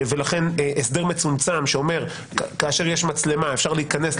ולכן הסדר מצומצם שאומר: כאשר יש מצלמה אפשר להיכנס,